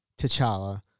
T'Challa